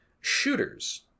Shooters